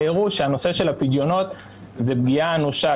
הראו שהנושא של הפדיונות זו פגיעה אנושה,